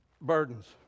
burdens